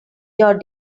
your